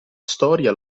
storia